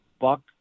buck